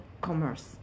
commerce